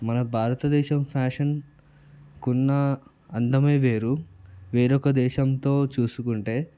మన భారతదేశపు ఫ్యాషన్కున్న అందమే వేరు వేరొక దేశంతో చూసుకుంటే